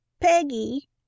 Peggy